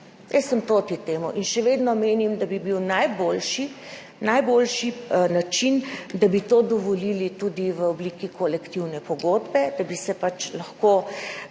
Jaz sem proti temu. In še vedno menim, da bi bil najboljši način, da bi to dovolili tudi v obliki kolektivne pogodbe, da bi se pač lahko